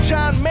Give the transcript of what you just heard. John